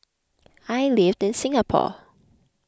I live in Singapore